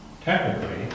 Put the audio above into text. Technically